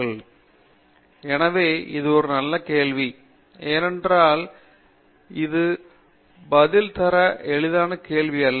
பேராசிரியர் ஸ்ரீகாந்த் வேதாந்தம் எனவே இது ஒரு நல்ல கேள்வி ஏனென்றால் அது பதில் தர எளிதான கேள்வியல்ல